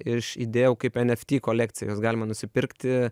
iš įdėjau kaip enefty kolekciją juos galima nusipirkti